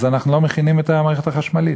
אנחנו לא מכינים את המערכת החשמלית.